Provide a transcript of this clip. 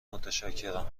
متشکرم